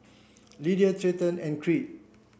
Lydia Treyton and Creed